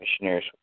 missionaries